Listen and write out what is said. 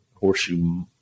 Horseshoe